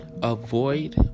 avoid